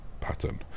pattern